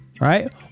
Right